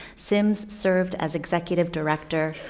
sims served as executive director,